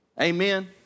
Amen